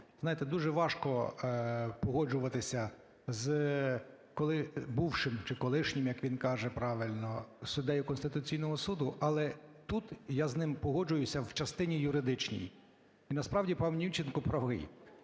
знаєте, дуже важко погоджуватися, коли бувшим чи колишнім, як він каже правильно, суддею Конституційного Суду, але тут я з ним погоджуюся в частині юридичній. І насправді пан Німченко правий,